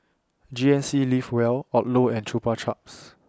G N C Live Well Odlo and Chupa Chups